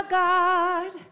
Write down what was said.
god